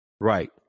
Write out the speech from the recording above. Right